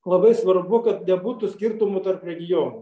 labai svarbu kad nebūtų skirtumų tarp regionų